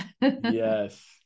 Yes